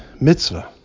mitzvah